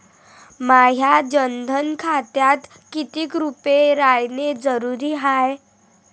माह्या जनधन खात्यात कितीक रूपे रायने जरुरी हाय?